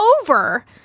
over